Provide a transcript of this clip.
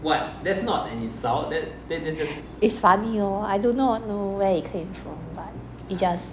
it's funny lor I do not know where it came from but it just